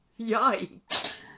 yikes